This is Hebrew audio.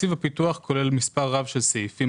תקציב הפיתוח כולל מספר רב של סעיפים